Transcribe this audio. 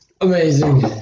Amazing